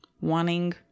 wanting